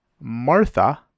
Martha